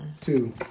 Two